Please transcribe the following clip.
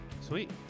Sweet